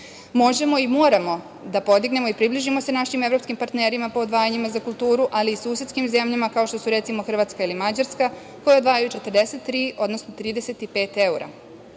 možemo i moramo da podignemo i približimo se našim evropskim partnerima po odvajanjima za kulturu, ali i susedskim zemljama, kao što su recimo, Hrvatska i Mađarska, koje odvajaju 43, odnosno 35 evra. Samo